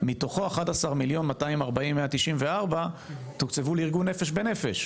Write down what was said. מתוכו 11,240194 תוקצבו לארגון "נפש בנפש"